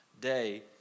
day